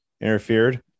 interfered